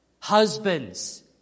Husbands